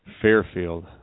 Fairfield